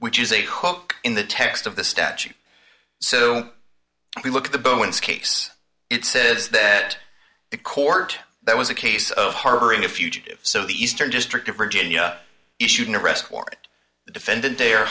which is a hook in the text of the statute so we look at the bones case it says that the court that was a case of harboring a fugitive so the eastern district of virginia issued an arrest warrant the defendant the